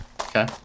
Okay